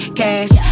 cash